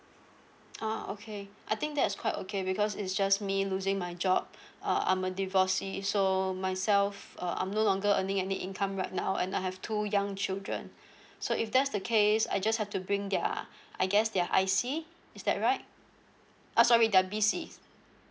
oh okay I think that's quite okay because it's just me losing my job uh I'm a divorcee so myself um I'm no longer earning any income right now and I have two young children so if that's the case I just have to bring their I guess their I_C is that right uh sorry the B_Cs